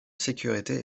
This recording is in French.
sécurité